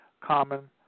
common